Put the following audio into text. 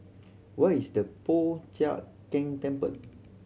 where is the Po Chiak Keng Temple